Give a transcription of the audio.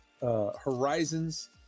Horizons